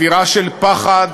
אווירה של פחד,